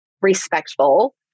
respectful